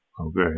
Okay